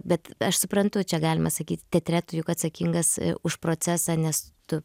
bet aš suprantu čia galima sakyt teatre tu juk atsakingas už procesą nes tu